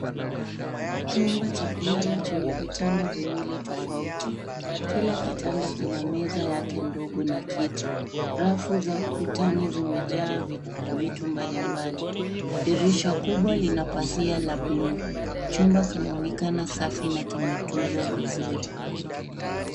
Chumba cha kulala chenye vitanda viwili tofauti. Kila kitanda kina meza yake ndogo na kiti. Rafu za ukutani zimejaa vitu mbalimbali. Dirisha kubwa lina pazia la bluu. Chumba kinaonekana safi na kimetunzwa vizuri.